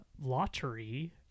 lottery